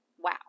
wow